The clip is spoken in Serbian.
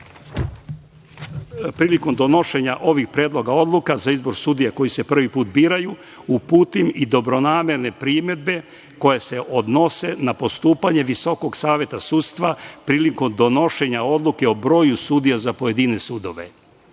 prilikom donošenja ovih predloga odluka sudija koji se prvi put biraju uputim i dobronamerne primedbe koje se odnose na postupanje Visokog saveta sudstva prilikom donošenja odluke o broju sudija za pojedine sudove.O